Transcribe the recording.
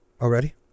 Already